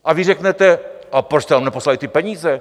A vy řeknete: a proč tam neposlali ty peníze?